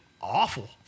awful